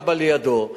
כב"א לידה.